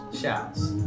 shouts